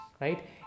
Right